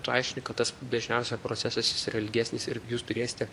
tu aiškini kad tas dažniausia procesas jis yra ilgesnis ir jūs turėsite